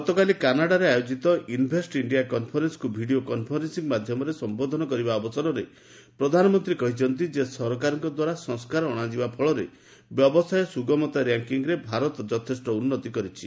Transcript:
ଗତକାଲି କାନାଡାରେ ଆୟୋଜିତ ଇନଭେଷ୍ଟ ଇଣ୍ଡିଆ କନ୍ଫରେନ୍ସକୁ ଭିଡ଼ିଓ କନ୍ଫରେନ୍ସିଂ ମାଧ୍ୟମରେ ସମ୍ଘୋଧନ କରିବା ଅବସରରେ ପ୍ରଧାନମନ୍ତ୍ରୀ କହିଛନ୍ତି ଯେ ସରକାରଙ୍କ ଦ୍ୱାରା ସଂସ୍କାର ଅଣାଯିବା ଫଳରେ ବ୍ୟବସାୟ ସୁଗମତା ର୍ୟାଙ୍କିଙ୍ଗରେ ଭାରତ ଯଥେଷ୍ଟ ଉନ୍ନତି କରିଛି